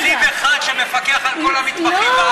פקיד אחד שמפקח על כל המתמחים בארץ?